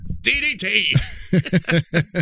ddt